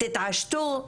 תתעשתו,